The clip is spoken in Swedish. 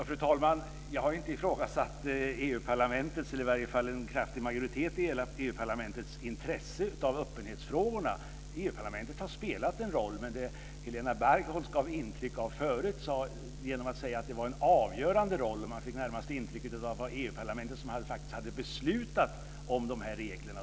Fru talman! Jag har inte ifrågasatt EU parlamentets, eller i varje fall en kraftig majoritet i parlamentet har spelat en roll. Men Helena Bargholtz sade förut att det var en avgörande roll, vilket närmast gav intrycket att det faktiskt var EU-parlamentet som hade beslutat om dessa regler.